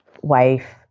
Wife